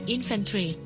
Infantry